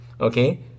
Okay